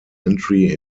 entry